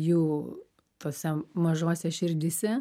jų tose mažose širdyse